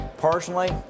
Personally